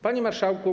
Panie Marszałku!